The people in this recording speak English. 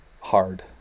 hard